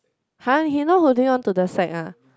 [huh] he no holding on to that side ah